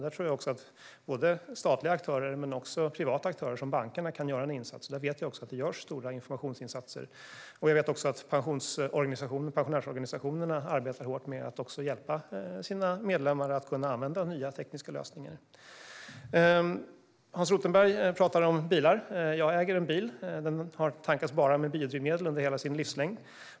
Där tror jag att både statliga aktörer och privata aktörer som bankerna kan göra en insats. Jag vet också att det görs stora informationsinsatser och att även pensionärsorganisationerna arbetar hårt med att hjälpa sina medlemmar att använda nya tekniska lösningar. Hans Rothenberg talar om bilar. Jag äger en bil. Den tankas bara med biodrivmedel under hela sin livslängd.